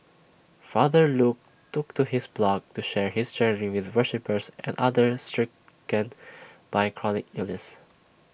father Luke took to his blog to share his journey with worshippers and others stricken by chronic illnesses